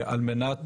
על מנת